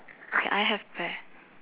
I I have pear